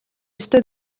ёстой